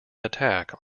attack